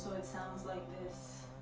it sounds like this.